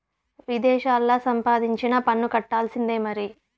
విదేశాల్లా సంపాదించినా పన్ను కట్టాల్సిందే మరి